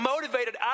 motivated